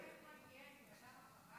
אתה יודע מה חבל?